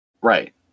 Right